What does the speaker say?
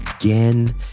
again